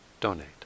donate